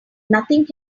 nothing